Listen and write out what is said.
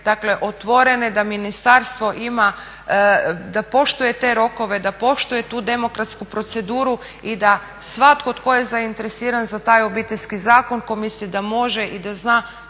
dakle otvorene da ministarstvo ima, da poštuje te rokove, da poštuje tu demokratsku proceduru i da svatko tko je zainteresiran za taj Obiteljski zakon, tko misli da može i da zna